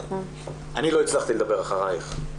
אני לא הצלחתי לדבר אחרייך.